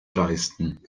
leisten